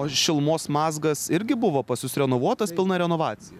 o šilumos mazgas irgi buvo pas jus renovuotas pilna renovacija